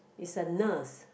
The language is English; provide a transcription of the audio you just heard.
is a nurse